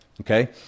okay